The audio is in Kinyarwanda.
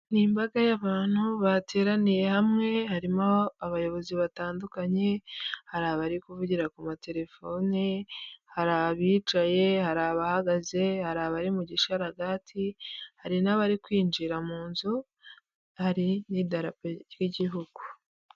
Ni imbaga y'abantu bateraniye hamwe, harimo abayobozi batandukanye, hari abari kuvugira ku materefone, hari abicaye, hari abahagaze, hari abari mu gisharagati, hari n'abari kwinjira mu nzu, hari n'idarapo ry'igihugu.